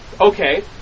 Okay